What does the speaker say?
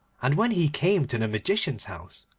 and when he came to the magician's house,